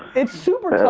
it's super so